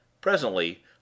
Presently